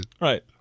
Right